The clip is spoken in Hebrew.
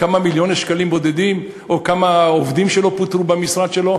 כמה מיליוני שקלים בודדים או כמה עובדים שלא פוטרו במשרד שלו,